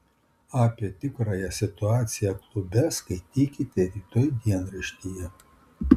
apie tikrąją situaciją klube skaitykite rytoj dienraštyje